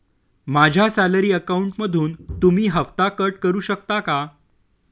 माझ्या सॅलरी अकाउंटमधून तुम्ही हफ्ता कट करू शकता का?